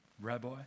Rabbi